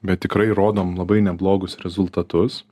bet tikrai rodom labai neblogus rezultatus